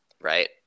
right